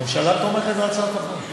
הממשלה תומכת בהצעת החוק.